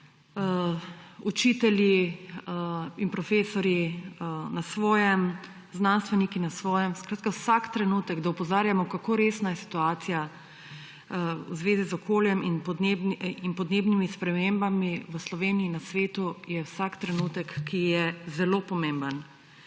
učitelji in profesorji na svojem, znanstveniki na svojem, skratka, vsak trenutek, da opozarjamo, kako resna je situacija v zvezi z okoljem in podnebnimi spremembami v Sloveniji in svetu, vsak trenutek je zelo pomemben.